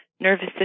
nervous